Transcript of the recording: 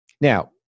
Now